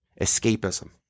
Escapism